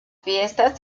fiesta